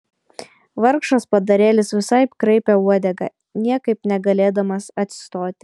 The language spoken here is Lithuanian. vargšas padarėlis visaip kraipė uodegą niekaip negalėdamas atsistoti